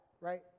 right